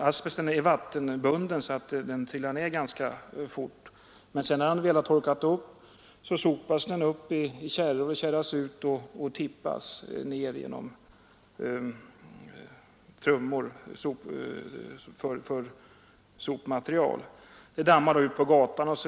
Asbesten är vattenbunden och trillar ganska fort ned, men när den väl torkat upp, sopas den ihop i kärror och tippas ned genom trummor som sopmaterial. Det dammar också ut på gatan.